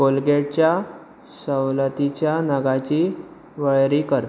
कोलगेटच्या सवलतीच्या नगाची वळेरी कर